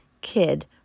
kid